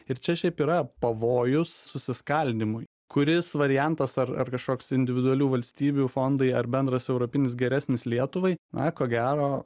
ir čia šiaip yra pavojus susiskaldymui kuris variantas ar ar kažkoks individualių valstybių fondai ar bendras europinis geresnis lietuvai na ko gero